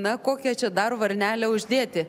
na kokią čia dar varnelę uždėti